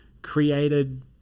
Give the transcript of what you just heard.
Created